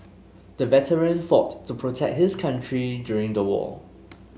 the veteran fought to protect his country during the war